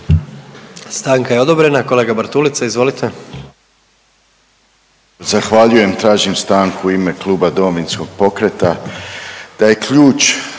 Stanka je odobrena. Kolega Bartulica, izvolite.